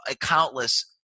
countless